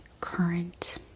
current